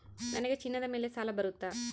ನನಗೆ ಚಿನ್ನದ ಮೇಲೆ ಸಾಲ ಬರುತ್ತಾ?